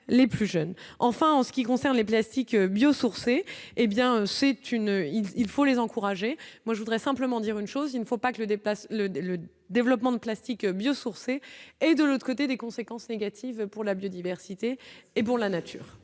enfin en ce qui concerne les plastiques bio-sourcées, hé bien c'est une il faut les encourager, moi je voudrais simplement dire une chose : il ne faut pas que le dépasse le le développement de plastique bio-sourcées et de l'autre côté des conséquences négatives pour la biodiversité et pour la nature.